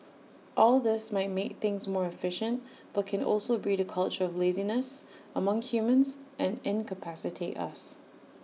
all this might make things more efficient but can also breed A culture of laziness among humans and incapacitate us